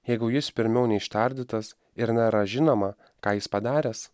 jeigu jis pirmiau neištardytas ir nėra žinoma ką jis padaręs